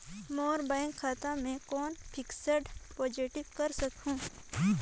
मोर bank खाता मे कौन फिक्स्ड डिपॉजिट कर सकहुं?